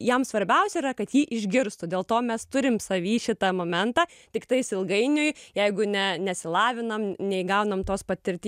jam svarbiausia yra kad jį išgirstų dėl to mes turim savy šitą momentą tiktais ilgainiui jeigu ne nesilavinam neįgauname tos patirties